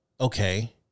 okay